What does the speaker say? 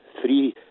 three